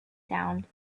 sound